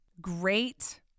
Great